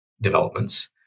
developments